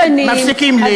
יש פה זמנים, מפסיקים לי.